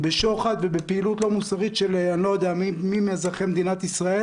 שוחד או פעילות לא מוסרית של מי מאזרחי מדינת ישראל